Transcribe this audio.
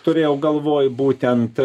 turėjau galvoj būtent